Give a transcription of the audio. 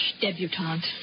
debutante